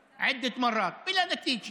בערבית: דנו בזה בוועדת החינוך